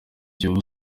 kiyovu